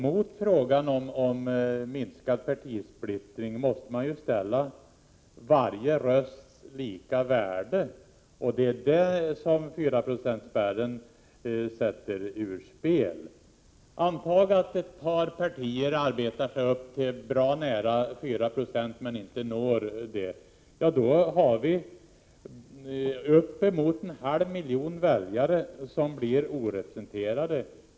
Mot detta med minskad partisplittring måste man ju ställa frågan om varje rösts lika värde, och det är detta som 4-procentsspärren sätter ur spel. Antag att ett par partier arbetar sig upp till en nivå som ligger bra nära 4 96 men inte når ända fram. Då skulle vi kunna ha uppemot en halv miljon väljare som blir orepresenterade.